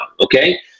Okay